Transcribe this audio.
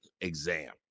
exam